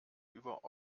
über